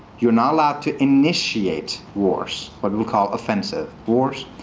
you're not allowed to initiate wars, what will call offensive force.